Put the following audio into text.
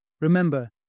Remember